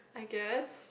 I guess